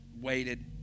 waited